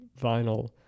vinyl